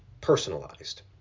personalized